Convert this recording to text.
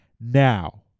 now